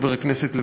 חבר הכנסת לוין,